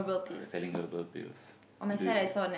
selling herbal pills do you